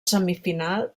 semifinal